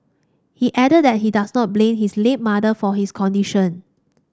he added that he does not blame his late mother for his condition